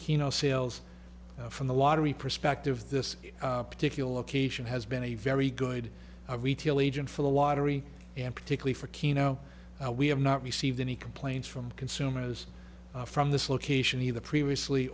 know sales from the lottery perspective this particular location has been a very good retail agent for the watery and particularly for keno we have not received any complaints from consumers from this location either previously